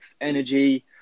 energy